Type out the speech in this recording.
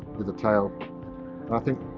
with a tail. and i think,